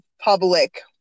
public